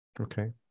Okay